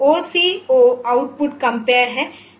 तो OCO output compare है